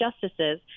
justices